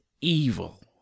evil